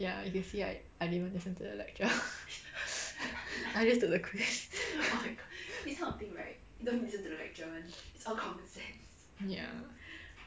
ya you can see I I didn't even listen to the lecture I just took the quiz ya